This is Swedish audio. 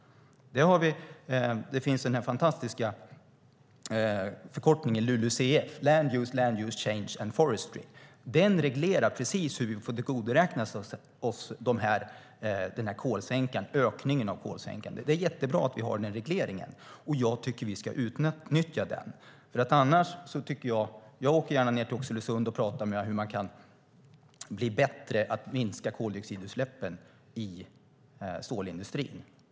Vi har den fantastiska förkortningen LULUCF, Land Use, Land Use Change and Forestry. Den reglerar precis hur vi får tillgodoräkna oss ökningen av kolsänkan. Det är jättebra att vi har den regleringen. Jag tycker att vi ska utnyttja den. Jag åker gärna till Oxelösund och pratar om hur man kan bli bättre på att minska koldioxidutsläppen i stålindustrin.